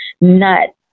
nuts